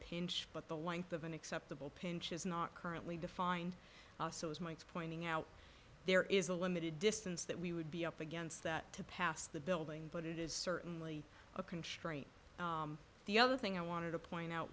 pinch but the length of an acceptable pinch is not currently defined as mike's pointing out there is a limited distance that we would be up against that to pass the building but it is certainly a constraint the other thing i wanted to point out